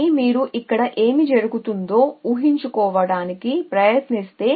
కానీ మీరు ఇక్కడ ఏమి జరుగుతుందో ఊఁహించుకోవడానికి ప్రయత్నిస్తే